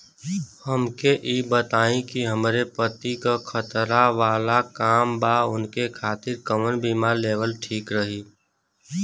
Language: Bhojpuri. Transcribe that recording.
हमके ई बताईं कि हमरे पति क खतरा वाला काम बा ऊनके खातिर कवन बीमा लेवल ठीक रही?